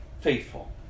faithful